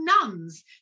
nuns